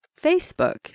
Facebook